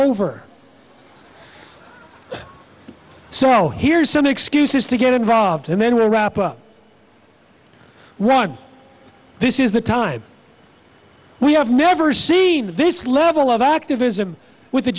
over so here's some excuses to get involved and then we'll wrap up wrong this is the time we have never seen this level of activism with